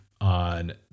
on